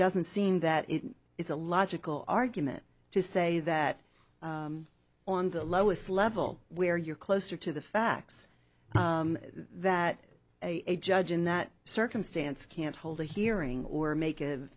doesn't seem that it's a logical argument to say that on the lowest level where you're closer to the facts that a judge in that circumstance can't hold a hearing or make